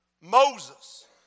Moses